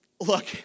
look